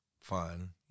fun